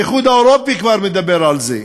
האיחוד האירופי כבר מדבר על זה.